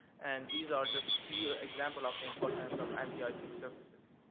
and these are just few examples of the importance of anti-icing surfaces.